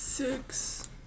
Six